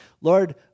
Lord